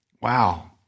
Wow